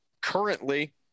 currently